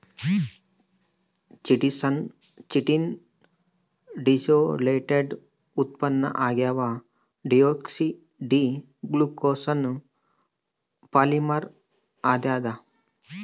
chitosan chitin ನ deacetylated ಉತ್ಪನ್ನ ಆಗ್ಯದ ಡಿಯೋಕ್ಸಿ ಡಿ ಗ್ಲೂಕೋಸ್ನ ಪಾಲಿಮರ್ ಆಗ್ಯಾದ